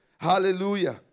Hallelujah